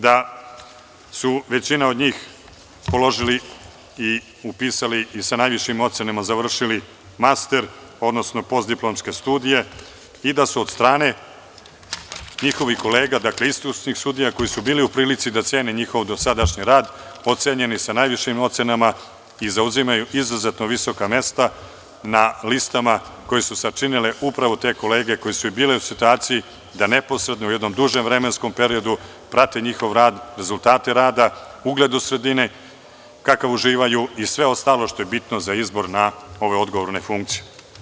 Da je većina od njih položila i upisala i sa najvišim ocenama završili master, odnosno postdiplomske studije i da su od strane njihovih kolega, dakle, iskusnih sudija koji su bili u prilici da ocene njihov dosadašnji rad, ocenjeni sa najvišim ocenama i zauzimaju izuzetno visoka mesta na listama koje su sačinile upravo te kolege koje su i bile u situaciji da ne posredno u jednom dužem vremenskom periodu prate njihov rad, rezultate rada, ugledu sredine kakav uživaju i sve ostalo što je bitno za izbor ove odgovorne funkcije.